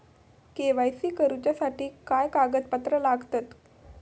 KYC करूच्यासाठी काय कागदपत्रा लागतत?